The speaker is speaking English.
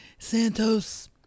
Santos